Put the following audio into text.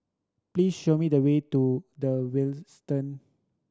please show me the way to The Westin